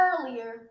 earlier